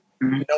no